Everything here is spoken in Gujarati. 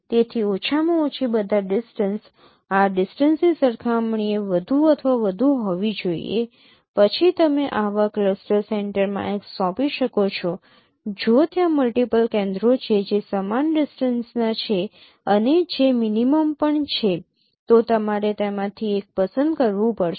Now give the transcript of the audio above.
તેથી ઓછામાં ઓછી બધા ડિસ્ટન્સ આ ડિસ્ટન્સની સરખામણીએ વધુ અથવા વધુ હોવી જોઈએ પછી તમે આવા ક્લસ્ટર સેન્ટરમાં x સોંપી શકો છો જો ત્યાં મલ્ટિપલ કેન્દ્રો છે જે સમાન ડિસ્ટન્સનાં છે અને જે મિનિમમ પણ છે તો તમારે તેમાંથી એક પસંદ કરવું પડશે